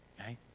okay